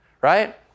right